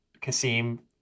Kasim